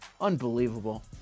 Unbelievable